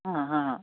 ହୁଁ ହୁଁ